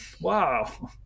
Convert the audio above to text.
Wow